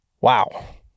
Wow